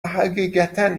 حقیقتا